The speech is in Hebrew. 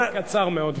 קצר מאוד.